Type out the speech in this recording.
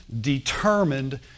determined